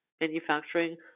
manufacturing